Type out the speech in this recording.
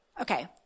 Okay